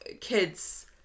kids